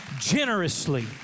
generously